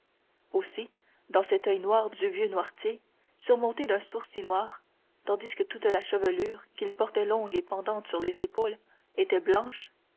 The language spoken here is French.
aussi dans cet oeil noir du vieux noirtier surmonté d'un sourcil noir tandis que toute la chevelure qu'il portait longue et pendante sur les épaules était blanche